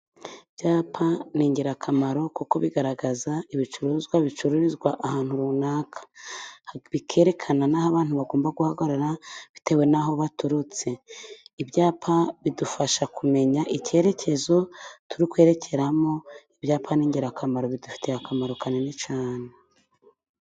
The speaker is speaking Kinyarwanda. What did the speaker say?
Ibyapa ni ingirakamaro kuko bigaragaza ibicuruzwa bicururizwa ahantu runaka, bikerekana n'aho abantu bagomba guhagarara bitewe n'aho baturutse .Ibyapa bidufasha kumenya icyerekezo turi kwerekeramo, ibyapa ni ingirakamaro bidufitiye akamaro kanini cyane.